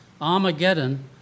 Armageddon